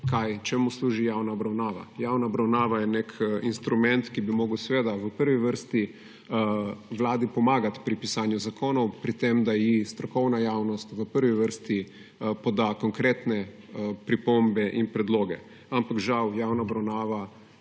– Čemu služi javna obravnava? Javna obravnava je nek instrument, ki bi moral seveda v prvi vrsti vladi pomagati pri pisanju zakonov, pri tem da ji strokovna javnost v prvi vrsti poda konkretne pripombe in predloge. Ampak žal javna obravnava